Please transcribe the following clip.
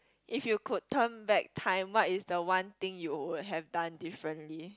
if you could turn back time what is the one thing you would have down differently